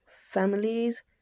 families